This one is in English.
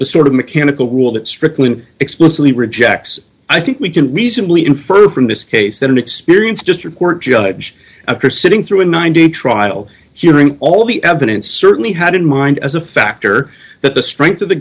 the sort of mechanical rule that strickland explicitly rejects i think we can reasonably infer from this case that an experienced district court judge after sitting through a ninety trial hearing all the evidence certainly had in mind as a factor that the strength of the